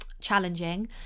challenging